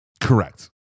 Correct